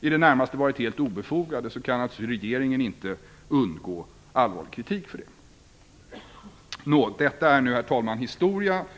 i det närmaste varit helt obefogade kan naturligtvis inte regeringen undgå allvarlig kritik för det. Detta är nu historia, herr talman.